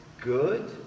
good